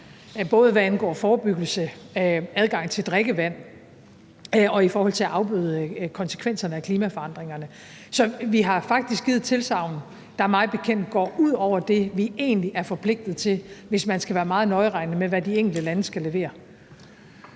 både hvad angår forebyggelse, adgang til drikkevand og i forhold til at afbøde konsekvenserne af klimaforandringerne. Så vi har faktisk givet et tilsagn, der mig bekendt går ud over det, vi egentlig er forpligtet til, hvis man skal være meget nøjeregnende med, hvad de enkelte lande skal levere.